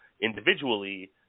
individually